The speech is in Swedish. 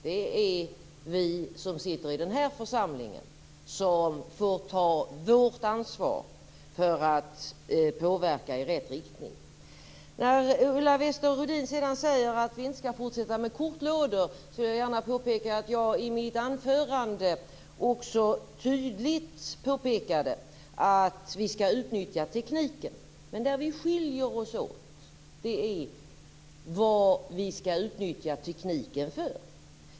Det är vi som sitter i den här församlingen som får ta vårt ansvar för att påverka i rätt riktning. När Ulla Wester-Rudin säger att Tullen inte skall fortsätta med kortlådor vill jag gärna påpeka att jag i mitt anförande också tydligt framhöll att vi skall utnyttja tekniken. Men vi skiljer oss åt när det gäller vad vi skall utnyttja tekniken för.